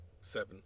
seven